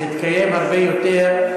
זה התקיים הרבה יותר.